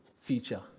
future